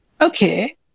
okay